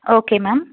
okay ma'am